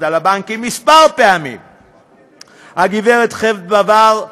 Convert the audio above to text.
על הבנקים כמה פעמים הגב' חדווה בר,